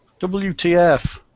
WTF